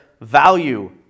value